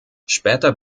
später